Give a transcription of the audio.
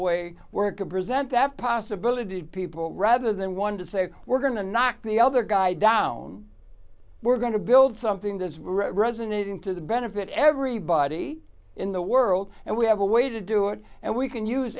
way where it could present that possibility to people rather than one to say we're going to knock the other guy down we're going to build something that's resonating to the benefit everybody in the world and we have a way to do it and we can use